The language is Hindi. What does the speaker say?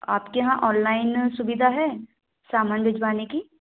आपके यहाँ ऑनलाइन सुविधा है सामान भिजवाने की